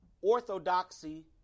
orthodoxy